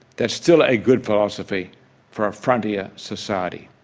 that's still a good philosophy for a frontier society.